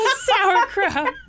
sauerkraut